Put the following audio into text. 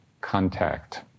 contact